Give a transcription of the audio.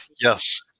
Yes